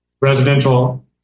residential